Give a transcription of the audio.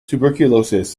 tuberculosis